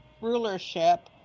rulership